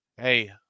hey